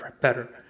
better